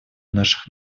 наших